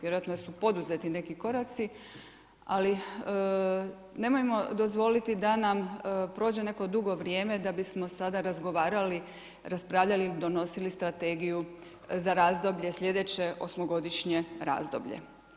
Vjerojatno su poduzeti neki koraci, ali nemojmo dozvoliti da nam prođe neko dugo vrijeme da bismo sada razgovarali, raspravljali, donosili strategiju za razdoblje sljedeće osmogodišnje razdoblje.